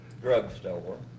drugstore